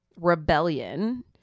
rebellion